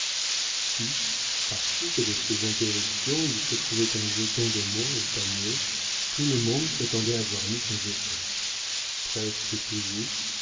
si par suite de ces interruptions il se trouvait un jeton de moins au panier tout le monde prétendait avoir mis son jeton presque toujours